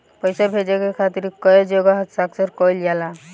पैसा भेजे के खातिर कै जगह हस्ताक्षर कैइल जाला?